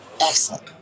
Excellent